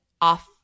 off